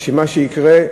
מה שיקרה,